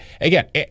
again